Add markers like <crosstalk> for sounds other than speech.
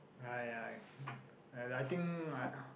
!aiya! <laughs> I think like ugh